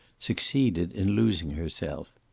succeeded in losing herself.